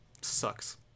Sucks